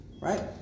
right